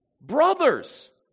brothers